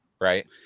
right